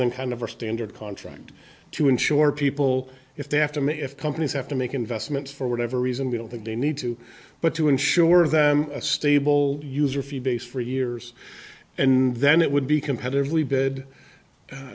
than kind of a standard contract to insure people if they have to make if companies have to make investments for whatever reason they don't think they need to but to insure them a stable user fee base for years and then it would be competitively bid